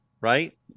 right